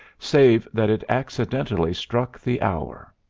save that it accidentally struck the hour.